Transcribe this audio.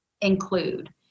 include